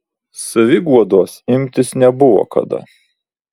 saviguodos imtis nebuvo kada